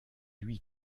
lui